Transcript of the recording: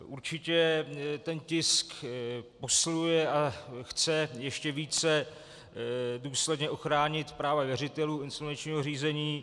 Určitě ten tisk posiluje a chce ještě více důsledně ochránit práva věřitelů insolvenčního řízení.